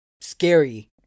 scary